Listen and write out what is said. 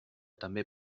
també